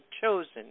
chosen